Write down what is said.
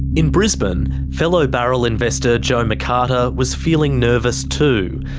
in brisbane, fellow barrel investor jo mccarter was feeling nervous, too.